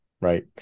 right